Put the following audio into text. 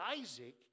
Isaac